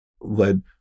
led